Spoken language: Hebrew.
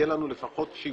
יהיה לנו לפחות 7